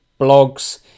blogs